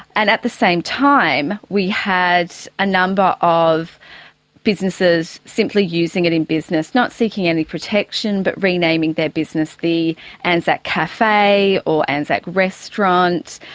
and at the same time we had a number of businesses simply using it in business, not seeking any protection but renaming their business the and anzac cafe or anzac restaurant,